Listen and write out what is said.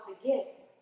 forget